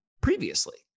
previously